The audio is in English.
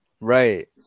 Right